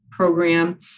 program